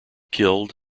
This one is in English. killed